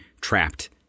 trapped